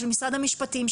של משרד המשפטים,